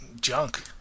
junk